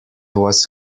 was